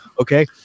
okay